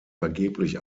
vergeblich